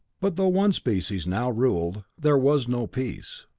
but though one species now ruled, there was no peace.